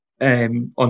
on